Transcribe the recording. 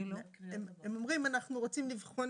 הם אומרים אנחנו רוצים לבחון